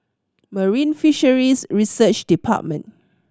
Marine Fisheries Research Department